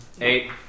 Eight